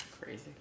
Crazy